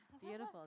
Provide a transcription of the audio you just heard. beautiful